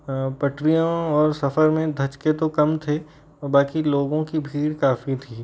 पटरियाँ और सफ़र में धचके तो कम थे बाकी लोगों की भीड़ काफ़ी थी